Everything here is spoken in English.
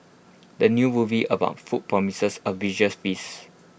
the new movie about food promises A visuals feasts